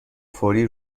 فوری